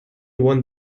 one